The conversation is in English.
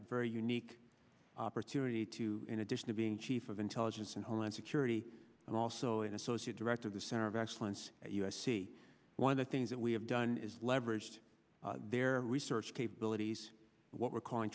very unique opportunity to in addition to being chief of intelligence and homeland security and also an associate director of the center of excellence u s c one of the things that we have done is leveraged their research capabilities what we're calling